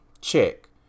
check